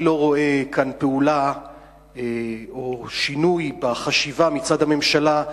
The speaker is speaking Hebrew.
אני לא רואה כאן פעולה או שינוי בחשיבה מצד הממשלה,